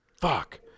Fuck